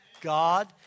God